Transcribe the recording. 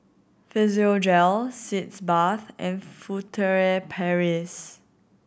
Physiogel Sitz Bath and Furtere Paris